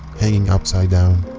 hanging upside down.